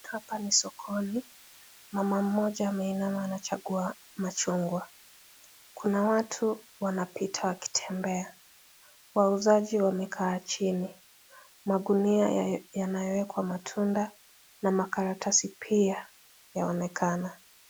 Hapa ni sokoni. Mama mmoja ameinama anachagua machungwa. Kuna watu wanapita wakitembea. Wauzaji wamekaa chini. Magunia yanayowekwa matunda na makaratasi pia yaonekana.